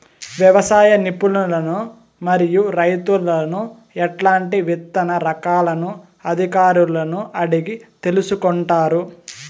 వ్యవసాయ నిపుణులను మరియు రైతులను ఎట్లాంటి విత్తన రకాలను అధికారులను అడిగి తెలుసుకొంటారు?